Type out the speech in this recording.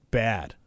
bad